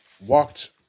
Walked